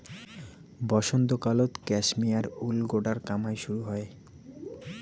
বসন্তকালত cashmere wool গোটার কামাই শুরু হই